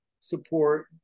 support